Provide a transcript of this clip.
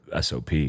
SOP